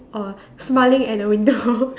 uh smiling at the window